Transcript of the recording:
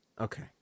okay